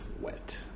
wet